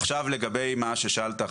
עכשיו לגבי מה ששאלת,